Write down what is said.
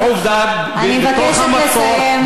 עובדה, בתוך המצור, אני מבקשת לסיים.